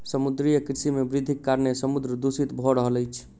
समुद्रीय कृषि मे वृद्धिक कारणेँ समुद्र दूषित भ रहल अछि